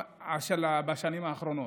של השנים האחרונות,